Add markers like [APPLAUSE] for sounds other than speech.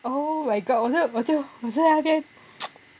oh my god 我就我就在那边 [NOISE]